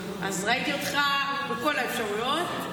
אז ראיתי אותך בכל האפשרויות,